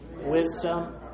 wisdom